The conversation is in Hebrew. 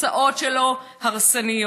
והתוצאות שלו הרסניות.